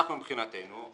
מבחינתנו,